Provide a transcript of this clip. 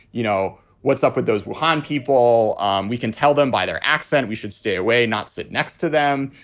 you know, what's up with those walheim people? um we can tell them by their accent we should stay away, not sit next to them.